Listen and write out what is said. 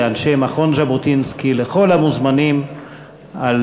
לאנשי מכון ז'בוטינסקי ולכל המוזמנים על